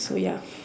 so ya